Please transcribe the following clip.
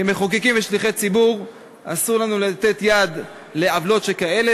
כמחוקקים ושליחי ציבור אסור לנו לתת יד לעוולות שכאלה,